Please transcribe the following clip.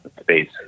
space